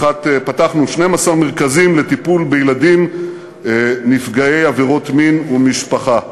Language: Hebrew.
פתחנו 12 מרכזים לטיפול בילדים נפגעי עבירות מין ומשפחה.